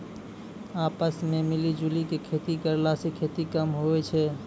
आपस मॅ मिली जुली क खेती करला स खेती कम होय छै